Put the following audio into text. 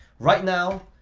right now,